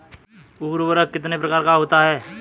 उर्वरक कितने प्रकार का होता है?